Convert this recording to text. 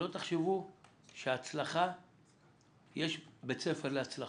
שלא תחשבו שיש בית ספר להצלחות.